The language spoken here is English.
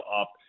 up